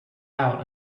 out